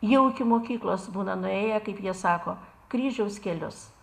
jau iki mokyklos būna nuėję kaip jie sako kryžiaus kelius